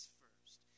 first